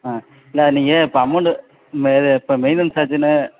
ஆ இல்லை நீங்கள் இப்போ அமௌண்ட்டு இப்போ இது இப்போ மெயிண்ட்டெனன்ஸ் சார்ஜ்ஜுனு